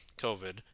COVID